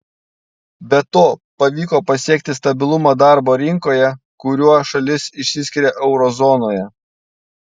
be to pavyko pasiekti stabilumą darbo rinkoje kuriuo šalis išsiskiria euro zonoje